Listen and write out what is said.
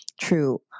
true